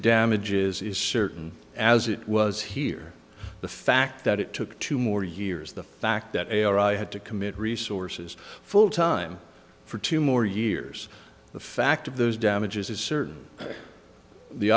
damages is certain as it was here the fact that it took two more years the fact that they are i had to commit resources full time for two more years the fact of those damages